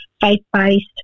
faith-based